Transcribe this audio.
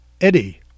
Eddie